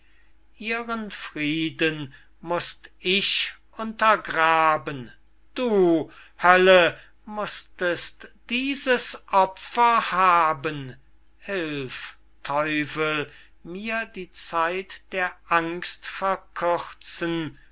ihren frieden mußt ich untergraben du hölle mußtest dieses opfer haben hilf teufel mir die zeit der angst verkürzen